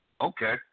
Okay